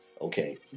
okay